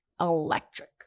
electric